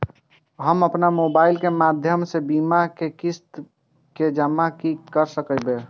हम अपन मोबाइल के माध्यम से बीमा के किस्त के जमा कै सकब?